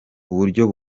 uburyo